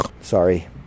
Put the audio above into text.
Sorry